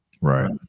Right